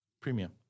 Premium